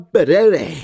Berere